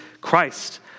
Christ